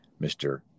Mr